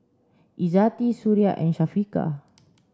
Izzati Suria and Syafiqah